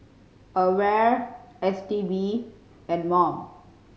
AWARE S T B and mom